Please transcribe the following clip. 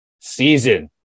season